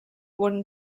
wooden